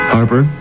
Harper